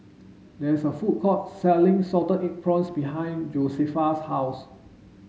there is a food court selling salted egg prawns behind Josefa's house